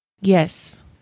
Yes